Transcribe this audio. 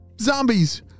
Zombies